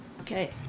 Okay